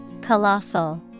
Colossal